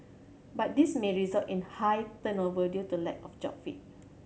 but this may result in high turnover due to lack of job fit